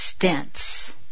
stents